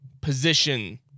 position